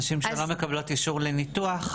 נשים שלא מקבלות אישור לניתוח,